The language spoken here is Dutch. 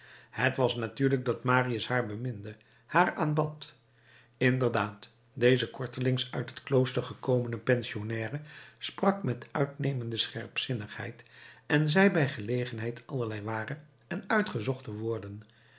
het was natuurlijk dat marius haar beminde haar aanbad inderdaad deze kortelings uit het klooster gekomene pensionnaire sprak met uitnemende scherpzinnigheid en zei bij gelegenheid allerlei ware en uitgezochte woorden